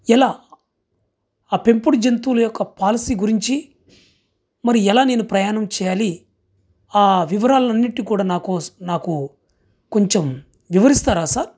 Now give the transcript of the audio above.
ఎలా ఆ పెంపుడు జంతువుల యొక్క పాలసీ గురించి మరి ఎలా నేను ప్రయాణం చేయాలి ఆ వివరాలన్నిటి కూడా నాకో నాకు కొంచెం వివరిస్తారా సార్